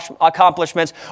accomplishments